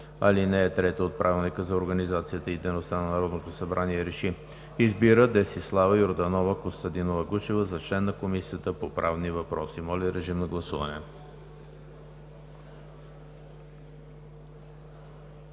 ал. 3 от Правилника за организацията и дейността на Народното събрание РЕШИ: Избира Десислава Йорданова Костадинова-Гушева за член на Комисията по правни въпроси.“ Моля, режим на гласуване.